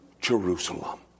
Jerusalem